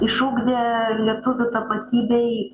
išugdė ir lietuvių tapatybei